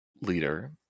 leader